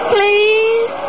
Please